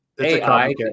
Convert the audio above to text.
AI